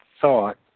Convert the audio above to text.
thought